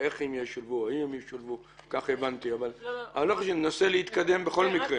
אבל לא חשוב, אנחנו ננסה להתקדם בכל מקרה.